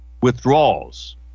withdrawals